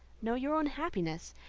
know your own happiness.